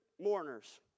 mourners